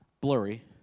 blurry